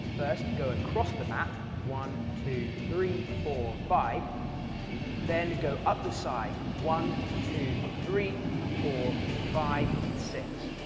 first go across the map one two three four five then go up the side one two three four five six.